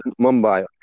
Mumbai